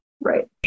Right